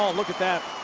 um look at that.